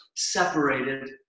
separated